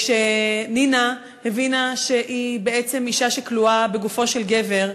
כשנינה הבינה שהיא בעצם אישה שכלואה בגופו של גבר,